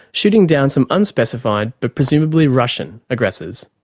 shooting down some unspecified but presumably russian aggressors.